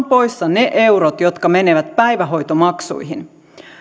poissa ne eurot jotka menevät päivähoitomaksuihin